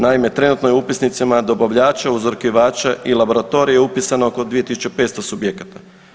Naime, trenutno je u upisnicima dobavljača, uzorkivača i laboratorija upisano oko 2500 subjekata.